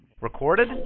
Recorded